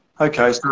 Okay